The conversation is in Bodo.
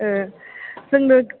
ओ जोंनो